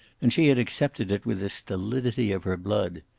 and she had accepted it with the stolidity of her blood.